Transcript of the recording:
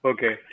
Okay